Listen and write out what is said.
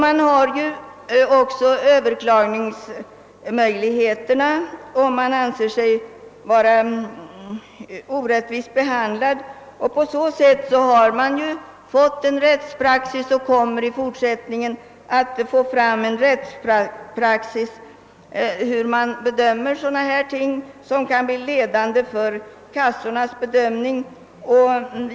Man har också överklagningsmöjligheter om man anser sig vara orättvist behandlad. På så sätt har man fått en rättspraxis för hur man i fortsättningen skall betrakta saker som kan bli ledande för kassornas bedömning.